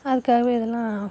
அதுக்காகவே இதெலாம்